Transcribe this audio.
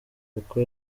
kuko